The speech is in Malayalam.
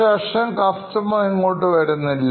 ശേഷം കസ്റ്റമേഴ്സ് ഇങ്ങോട്ട് വരുന്നില്ല